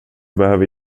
behöver